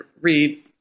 read